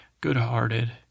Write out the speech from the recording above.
good-hearted